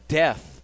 death